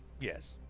yes